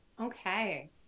Okay